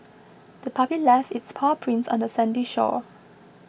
the puppy left its paw prints on the sandy shore